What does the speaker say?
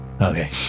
Okay